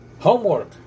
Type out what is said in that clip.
homework